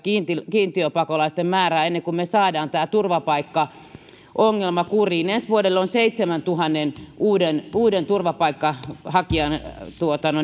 kiintiöpakolaisten määrää ennen kuin me saamme tämän turvapaikkaongelman kuriin ensi vuodelle on seitsemäntuhannen uuden uuden turvapaikanhakijan